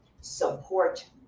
support